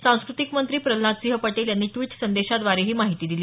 सांस्कृतिक मंत्री प्रल्हाद सिंह पटेल यांनी ड्विट संदेशाद्वारे ही माहिती दिली